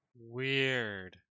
Weird